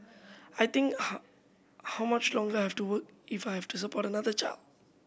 I think how how much longer I have to work if I have to support another child